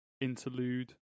interlude